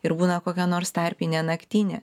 ir būna kokia nors tarpinė naktynė